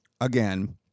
again